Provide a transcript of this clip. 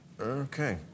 Okay